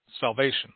salvation